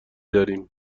داریم